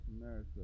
America